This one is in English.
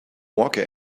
worker